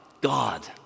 God